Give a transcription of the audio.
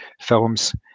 films